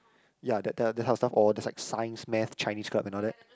ya that type that kind of stuff or just like science math Chinese club and all that